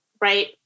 right